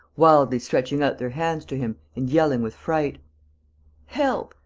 wildly stretching out their hands to him and yelling with fright help.